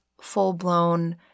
full-blown